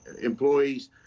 employees